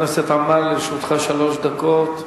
חבר הכנסת עמאר, לרשותך שלוש דקות.